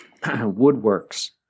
woodworks